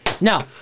No